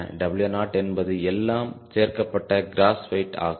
W0 என்பது எல்லாம் சேர்க்கப்பட்ட கிராஸ் வெயிட் ஆகும்